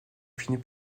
finit